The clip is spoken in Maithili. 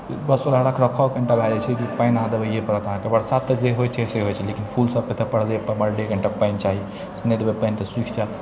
बस ओकरा रख रखाव कनी टा भए जाइ छै कि पानि अहाँके देबैये पड़त अहाँके बरसा तऽ जे होइ छै से होइ छै लेकिन फूल सबमे हमसब कनी टा पानि चाही नहि देबै पानि तऽ सुखि जायत